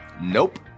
Nope